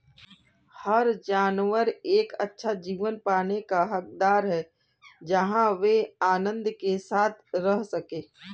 हर जानवर एक अच्छा जीवन पाने का हकदार है जहां वे आनंद के साथ रह सके